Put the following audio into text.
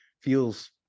feels